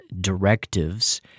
directives